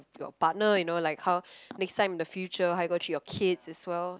partner you know like how next time in the future how you gonna treat your kids as well